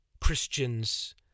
Christians